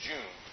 June